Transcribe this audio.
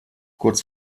kurz